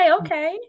Okay